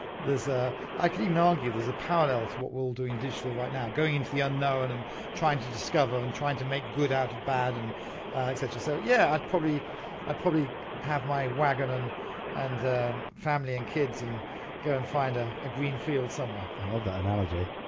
ah i could even argue there's a parallel to what we're all doing in digital right now, going into the unknown and trying to discover and trying to make good out of bad and et cetera so yeah, i'd probably probably have my waggon and and family and kids and go and find ah a green field somewhere. i love that analogy.